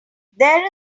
that